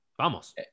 Vamos